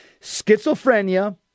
schizophrenia